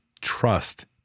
trust